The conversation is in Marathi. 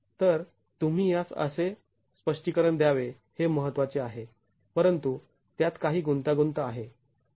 तर तुम्ही यास कसे स्पष्टीकरण द्यावे हे महत्त्वाचे आहे परंतु त्यात काही गुंतागुंत आहे